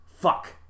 Fuck